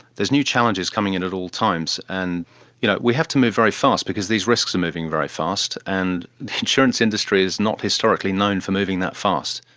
there's new challenges coming in at all times. and you know we have to move very fast because these risks are moving very fast, and the insurance industry is not historically known for moving that fast.